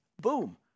boom